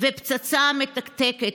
ופצצה מתקתקת.